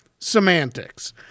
Semantics